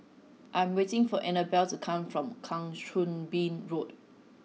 I am waiting for Annabella to come back from Kang Choo Bin Road